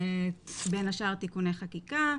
בין השאר תיקוני חקיקה.